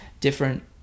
different